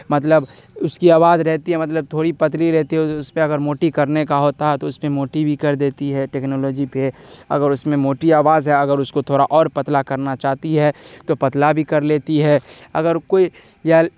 مطلب اس کی آواز رہتی ہے مطلب تھوڑی پتلی رہتی ہے اس پہ اگر موٹی کرنے کا ہوتا ہے تو اس میں موٹی بھی کر دیتی ہے ٹیکنالوجی پہ اگر اس میں موٹی آواز ہے اگر اس کو تھوڑا اور پتلا کرنا چاہتی ہے تو پتلا بھی کر لیتی ہے اگر کوئی یا